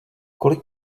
kolik